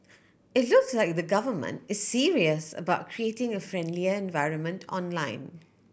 it looks like the Government is serious about creating a friendlier environment online